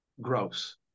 gross